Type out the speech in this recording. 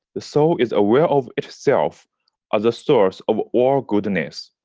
the soul is aware of itself as the source of all goodness.